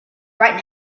right